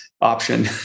option